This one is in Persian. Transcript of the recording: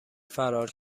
فرار